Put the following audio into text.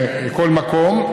בכל מקום,